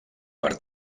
per